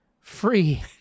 free